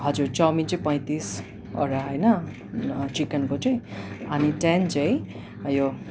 हजुर चौमिन चाहिँ पैँतिसवटा होइन ल चिकनको चाहिँ अनि टेन चाहिँ उयो